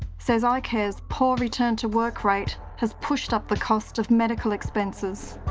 says ah icare's poor return to work rate has pushed up the cost of medical expenses.